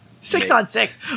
Six-on-six